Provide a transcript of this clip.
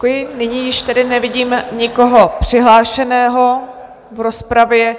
Nyní již tedy nevidím nikoho přihlášeného v rozpravě.